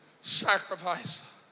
sacrifice